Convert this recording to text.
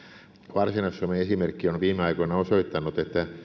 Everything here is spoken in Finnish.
varsinais suomen esimerkki on viime aikoina osoittanut että